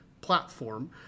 platform